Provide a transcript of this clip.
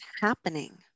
happening